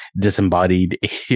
disembodied